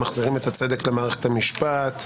מחזירים את הצדק למערכת המשפט.